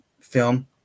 film